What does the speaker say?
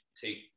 take